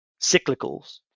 cyclicals